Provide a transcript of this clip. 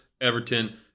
Everton